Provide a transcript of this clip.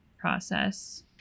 process